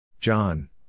John